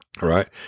Right